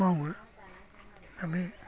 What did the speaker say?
मावो दा बे